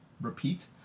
repeat